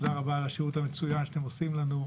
תודה רבה על השירות המצוין שאתם עושים לנו,